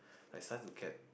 like some to get